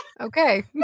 okay